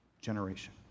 generation